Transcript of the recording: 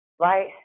right